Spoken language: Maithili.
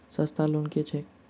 सस्ता लोन केँ छैक